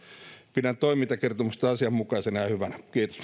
pidän toimintakertomusta asianmukaisena ja hyvänä